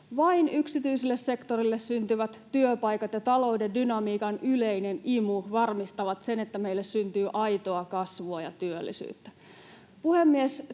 Vain yksityiselle sektorille syntyvät työpaikat ja talouden dynamiikan yleinen imu varmistavat sen, että meille syntyy aitoa kasvua ja työllisyyttä.